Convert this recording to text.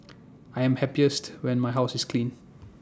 I am happiest when my house is clean